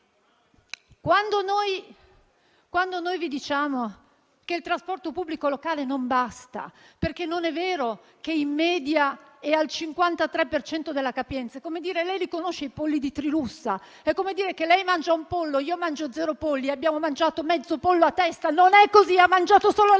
quando vi diciamo che il trasporto pubblico locale non basta, perché non è vero che in media è al 53 per cento della capienza. Lei conosce i polli di Trilussa? È come dire che lei mangia un pollo, io mangio zero polli e abbiamo mangiato mezzo pollo a testa. Non è così: ha mangiato solo lei